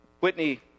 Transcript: Whitney